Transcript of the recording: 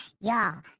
Y'all